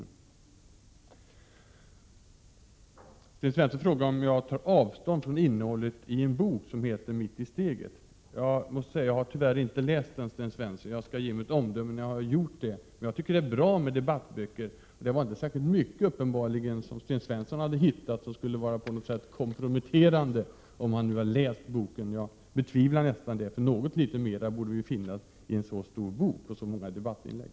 Sten Svensson frågade vidare om jag tar avstånd från innehållet i en bok som heter Mitt i steget. Jag har tyvärr inte läst boken. Jag skall ge mitt omdöme när jag läst boken. Jag tycker det är bra med debattböcker. Det var inte särskilt mycket uppenbarligen som Sten Svensson hade hittat som på något sätt skulle vara komprometterande, om han nu läst boken, vilket jag nästan betvivlar, för något litet mer borde finnas i en så omfattande debattbok med så många debattinlägg.